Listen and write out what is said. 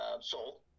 sold